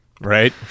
Right